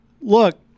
look